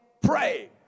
pray